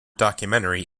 documentary